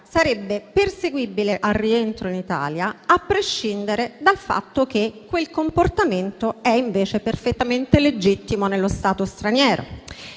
sarebbe perseguibile al rientro in Italia, a prescindere dal fatto che quel comportamento è invece perfettamente legittimo nello Stato straniero.